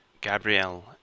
Gabrielle